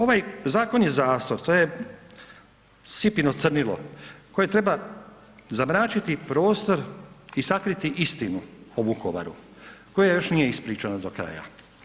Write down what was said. Ovaj zakon je zastor, to je sipino crnilo koje treba zamračiti prostor i sakriti istinu o Vukovaru koja još nije ispričana do kraja.